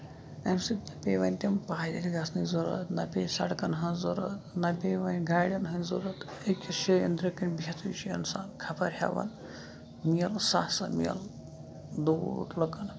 اَمہِ سۭتۍ تہِ پیٚیہِ وۄنۍ تِم پایدٕلۍ گژھنٕچ ضروٗرت نہ پیٚیہِ سَڑکن ہنز ضروٗرت نہ وۄنۍ پیٚیہِ گاڑین ہنز ضروٗرت أکِس جایہِ أندرٕ کن بِہتھٕے چھُ اِنسان خبر ہیوان میٖل ساسہٕ میٖل دوٗر لُکَن